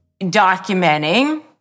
documenting